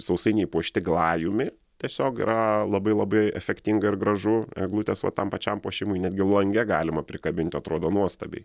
sausainiai puošti glajumi tiesiog yra labai labai efektinga ir gražu eglutės vat tam pačiam puošimui netgi lange galima prikabinti atrodo nuostabiai